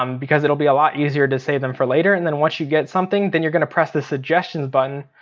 um because it'll be a lot easier to save them for later and then once you get something, then you're gonna press the suggestions button.